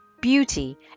beauty